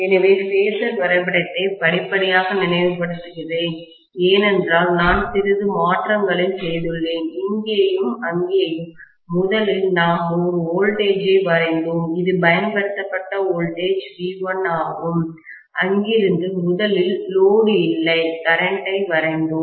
எனவே பேசர் வரைபடத்தை படிப்படியாக நினைவுபடுத்துகிறேன் ஏனென்றால் நான் சிறிது மாற்றங்களை செய்துள்ளேன் இங்கேயும் அங்கேயும் முதலில் நாம் ஒரு வோல்டேஜை வரைந்தோம் இது பயன்படுத்தப்பட்ட வோல்டேஜ் V1 ஆகும் அங்கிருந்து முதலில் லோடு இல்லை கரண்ட்டை வரைந்தோம்